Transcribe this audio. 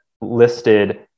listed